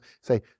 say